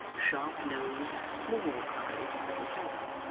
sharp-nosed, small-eyed little fellow,